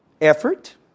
effort